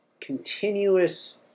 continuous